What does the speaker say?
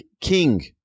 king